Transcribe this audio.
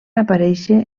aparèixer